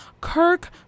Kirk